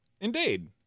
Indeed